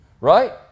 Right